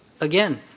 again